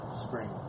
spring